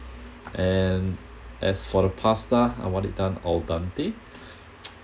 and as for the pasta I want it done al dante